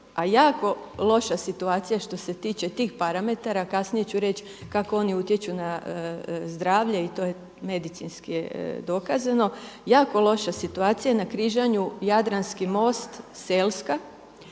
a jako loša situacija što se tiče tih parametara, kasnije ću reći kako oni utječu na zdravlje i to je medicinski dokazano. Jako loša situacija, na križanju Jadranski most-Selska.